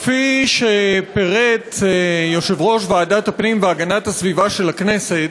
כפי שפירט יושב-ראש ועדת הפנים והגנת הסביבה של הכנסת,